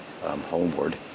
homeward